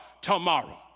tomorrow